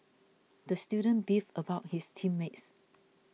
the student beefed about his team mates